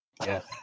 Yes